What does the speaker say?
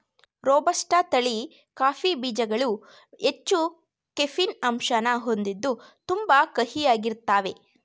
robusta ತಳಿ coffee ಬೀಜ್ಗಳು ಹೆಚ್ಚು ಕೆಫೀನ್ ಅಂಶನ ಹೊಂದಿದ್ದು ತುಂಬಾ ಕಹಿಯಾಗಿರ್ತಾವೇ